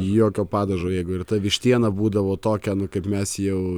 jokio padažo jeigu ir ta vištiena būdavo tokia nu kaip mes jau